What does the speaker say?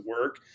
work